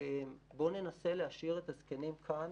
בואו ננסה להשאיר את הזקנים כאן.